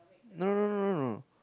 no no no no no